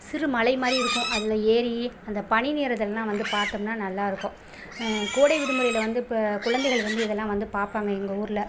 சிறு மலை மாதிரி இருக்கும் அதில் ஏறி அந்த பனி நேரத்துலலாம் வந்து பார்த்தோம்னா நல்லா இருக்கும் கோடை விடுமுறையில் வந்து இப்போ குழந்தைகள் வந்து இதெல்லாம் வந்து பார்ப்பாங்க எங்கள் ஊரில்